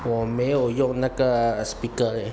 我没有用那个 speaker eh